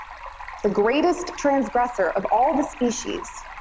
the greatest transgressor of all the species,